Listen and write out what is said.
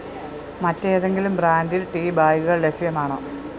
മറ്റ് ഏതെങ്കിലും ബ്രാൻഡിൽ ടീ ബാഗുകൾ ലഭ്യമാണോ